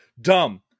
Dumb